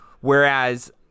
Whereas